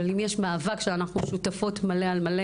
אבל אם יש מאבק שאנחנו שותפות מלא על מלא